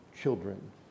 children